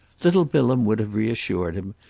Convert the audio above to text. little bilham would have reassured him,